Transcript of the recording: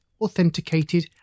authenticated